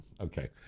Okay